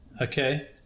Okay